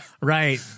Right